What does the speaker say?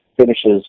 finishes